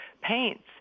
paints